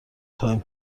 تایم